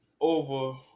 over